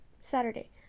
Saturday